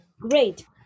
Great